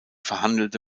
verhandelte